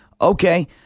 Okay